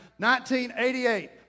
1988